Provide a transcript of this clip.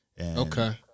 Okay